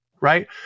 right